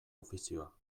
ofizioa